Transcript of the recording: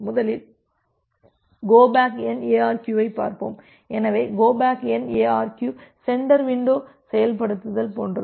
முதலில் go back N எஆர்கியுஐ பார்ப்போம் எனவே go back N ARQ centre window செயல்படுத்தல் போன்றது